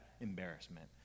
embarrassment